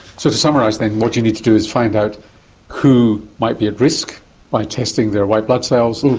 so, to summarise then, what you need to do is find out who might be at risk by testing their white blood cells,